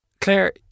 Claire